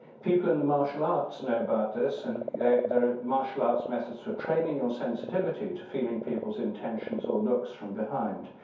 people in the martial arts know about this and they have martial arts methods for training your sensitivity to feeling people's intention so or looks from behind.